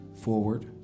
forward